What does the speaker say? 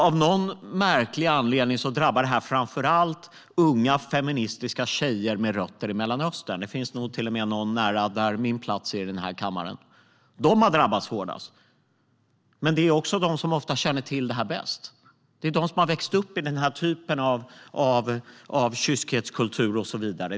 Av någon märklig anledning drabbar detta framför allt unga, feministiska tjejer med rötter i Mellanöstern. Det finns nog till och med någon som sitter nära min plats här i kammaren. De har drabbats hårdast. Men det är också de som ofta känner till det här bäst. Det är de som har vuxit upp i den här typen av kyskhetskultur och så vidare.